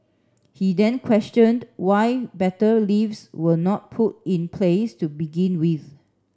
he then questioned why better lifts were not put in place to begin with